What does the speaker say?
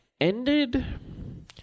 ended